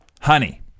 honey